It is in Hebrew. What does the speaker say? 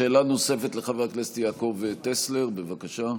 שאלה נוספת, לחבר הכנסת יעקב טסלר, בבקשה.